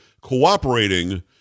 cooperating